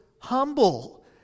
humble